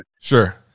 Sure